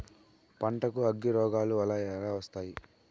పంటకు అగ్గిరోగాలు ఎలా వస్తాయి?